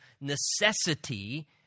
necessity